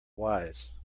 wise